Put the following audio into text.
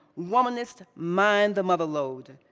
womanists mine the mother lode,